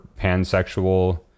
pansexual